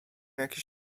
jakiś